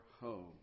home